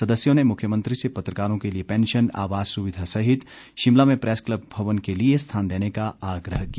सदस्यों ने मुख्यमंत्री से पत्रकारों के लिए पैंशन आवास सुविधा सहित शिमला में प्रैस क्लब भवन के लिए स्थान देने का आग्रह किया